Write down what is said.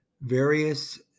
various